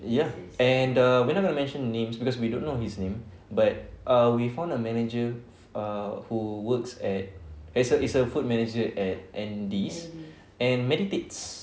ya and err we're not going to mention names because we don't know his name but err we found a manager err who works at as a is a food manager at andes and meditates in the public